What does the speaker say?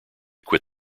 quit